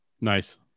Nice